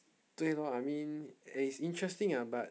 对 lor I mean it's interesting uh but